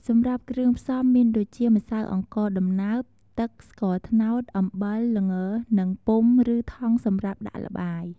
សម្រាប់គ្រឿងផ្សំមានដូចជា ម្សៅអង្ករដំណើប ទឹក ស្ករត្នោត អំបិល ល្ង និងពុម្ពឬថង់សម្រាប់ដាក់ល្បាយ។